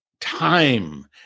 time